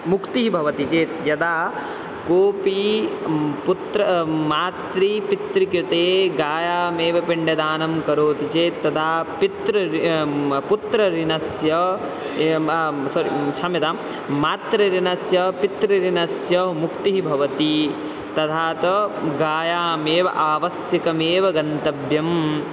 मुक्तिः भवति चेत् यदा कोपि पुत्रः मातापित्रोः कृते गयामेव पिण्डदानं करोति चेत् तदा पितृ ऋणं पुत्र ऋणस्य म सोरि क्षम्यतां मातृ ऋणस्य पितृ ऋणस्य मुक्तिः भवति तथा च गयामेव आवश्यकमेव गन्तव्यम्